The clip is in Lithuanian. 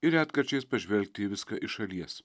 ir retkarčiais pažvelgti į viską iš šalies